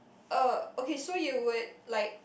uh okay so you would like